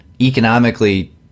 economically